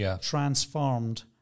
transformed